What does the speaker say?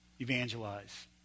evangelize